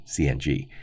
CNG